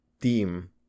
team